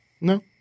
No